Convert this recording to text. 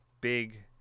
big